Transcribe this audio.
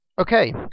Okay